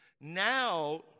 Now